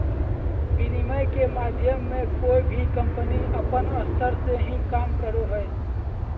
विनिमय के माध्यम मे कोय भी कम्पनी अपन स्तर से ही काम करो हय